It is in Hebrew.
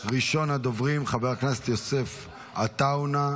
ראשון הדוברים, חבר הכנסת יוסף עטאונה,